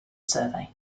survey